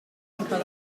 often